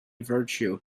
virtue